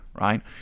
right